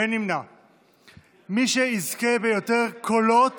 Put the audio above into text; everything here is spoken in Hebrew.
מי שיזכה ביותר קולות